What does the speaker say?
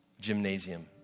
gymnasium